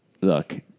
look